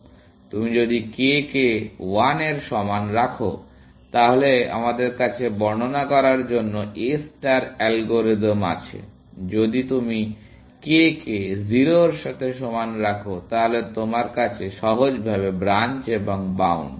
তুমি যদি k কে 1 এর সমান রাখো তাহলে আমাদের কাছে বর্ণনা করার জন্য A স্টার অ্যালগরিদম আছে যদি তুমি k কে 0 এর সমান রাখো তাহলে তোমার কাছে সহজভাবে ব্রাঞ্চ এবং বাউন্ড